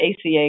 ACA